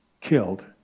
killed